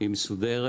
היא מסודרת.